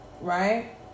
right